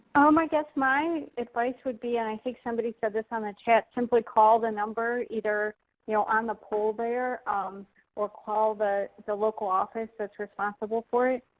guess my advice would be and i think somebody said this on the chat simply call the number either you know on the pole there um or call the the local office that's responsible for it.